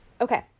Okay